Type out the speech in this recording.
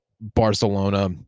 barcelona